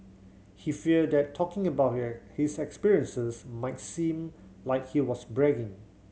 he feared that talking about his experiences might seem like he was bragging